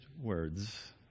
words